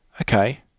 okay